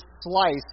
slice